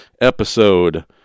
episode